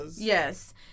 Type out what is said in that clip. Yes